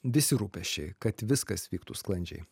visi rūpesčiai kad viskas vyktų sklandžiai